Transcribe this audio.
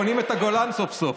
בונים את הגולן סוף-סוף.